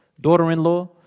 daughter-in-law